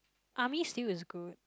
army stew is good